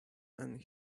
and